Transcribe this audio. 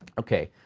okay,